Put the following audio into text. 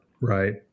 right